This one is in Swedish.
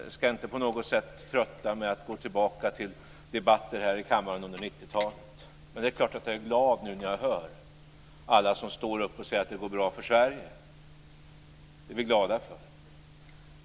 Jag ska inte trötta er med att gå tillbaka till debatten i kammaren under 90-talet, men jag är glad när jag hör alla säga att det går bra för Sverige.